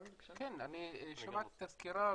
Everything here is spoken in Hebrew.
שמעתי את הסקירה.